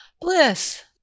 bliss